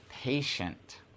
patient